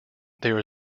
there